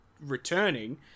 returning